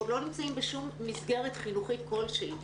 או לא נמצאים בשום מסגרת חינוכית כלשהי.